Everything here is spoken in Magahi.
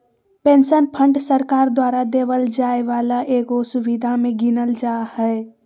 पेंशन फंड सरकार द्वारा देवल जाय वाला एगो सुविधा मे गीनल जा हय